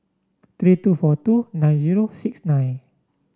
three two four two nine zero six nine